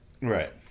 Right